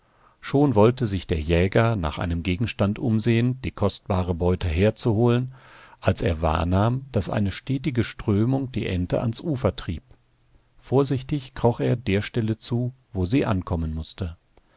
schon wollte sich der jäger nach einem gegenstand umsehen die kostbare beute herzuholen als er wahrnahm daß eine stetige strömung die ente ans ufer trieb vorsichtig kroch er der stelle zu wo sie ankommen mußte